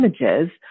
images